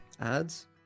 ads